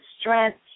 strength